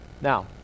Now